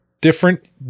Different